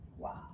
Wow